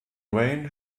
wayne